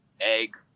egg